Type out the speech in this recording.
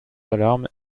alarmes